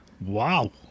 Wow